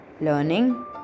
Learning